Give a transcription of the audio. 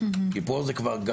כי פה זה כבר,